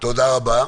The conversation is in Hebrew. תודה רבה.